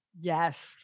Yes